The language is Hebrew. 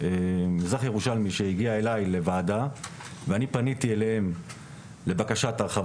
אני שמחה לפתוח את ועדת החינוך,